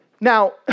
Now